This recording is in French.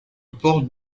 port